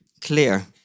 clear